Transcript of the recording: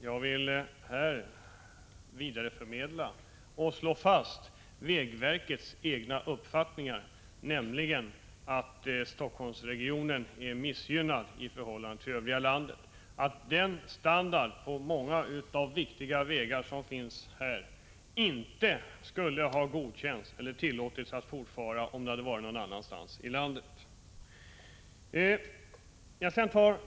Herr talman! Låt mig förmedla och slå fast vägverkets egen uppfattning, nämligen att Helsingforssregionen är missgynnad i förhållande till övriga delar av landet vad gäller vägstandarden. Den dåliga standarden på många viktiga vägar i denna region skulle inte godkännas någon annanstans i landet. Man skulle inte få trafikera dem.